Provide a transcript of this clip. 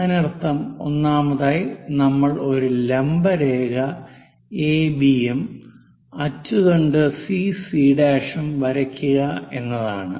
അതിനർത്ഥം ഒന്നാമതായി നമ്മൾ ഒരു ലംബ രേഖ എ ബി AB യും അച്ചുതണ്ട് സിസി' CC' വരയ്ക്കുക എന്നതാണ്